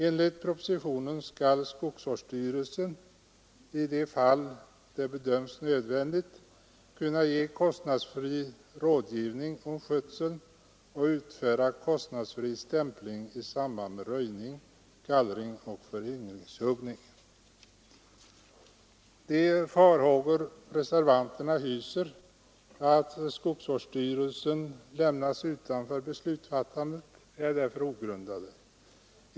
Enligt propositionen skall skogsvårdsstyrelsen i de fall då det bedöms nödvändigt kunna ge kostnadsfri rådgivning om skötseln och utföra kostnadsfri stämpling i samband med röjning, gallring och föryngringshuggning. De farhågor reservanterna hyser för att skogsvårdsstyrelsen lämnas utanför beslutsfattandet är därför ogrundade.